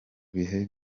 bihe